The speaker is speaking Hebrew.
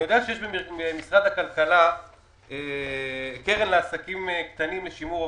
אני יודע שבמשרד הכלכלה יש קרן לעסקים קטנים לשימור עובדים.